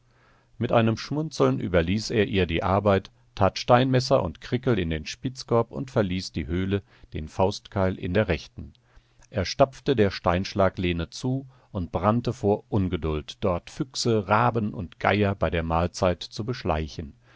mit einem schmunzeln überließ er ihr die arbeit tat steinmesser und krickel in den spitzkorb und verließ die höhle den faustkeil in der rechten er stapfte der steinschlaglehne zu und brannte vor ungeduld dort füchse raben und geier bei der mahlzeit zu beschleichen